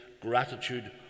gratitude